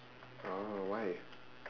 orh why